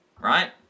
right